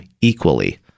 equally